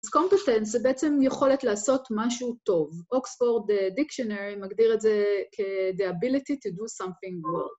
אז competence זה בעצם יכולת לעשות משהו טוב. Oxford Dictionary מגדיר את זה כ- The ability to do something good.